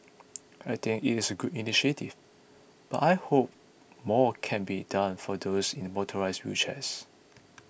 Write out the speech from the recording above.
I think it is a good initiative but I hope more can be done for those in motorised wheelchairs